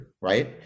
right